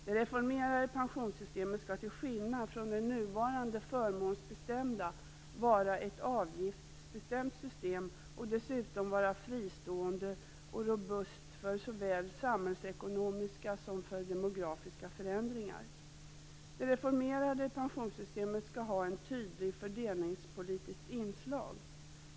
Det reformerade pensionssystemet skall till skillnad från det nuvarande förmånsbestämda vara ett avgiftsbestämt system, och dessutom vara fristående och robust för såväl samhällsekonomiska som demografiska förändringar. Det reformerade pensionssystemet skall ha ett tydligt fördelningspolitiskt inslag.